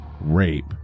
rape